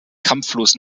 kampflos